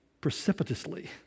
precipitously